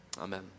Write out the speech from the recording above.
Amen